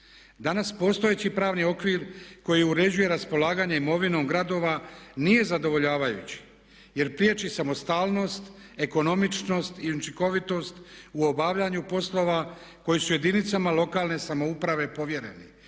Danas postojeći pravni okvir koji uređuje raspolaganje imovinom gradova nije zadovoljavajući jer priječi samostalnost, ekonomičnost i učinkovitost u obavljanju poslova koji su jedinicama lokalne samouprave povjereni